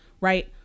right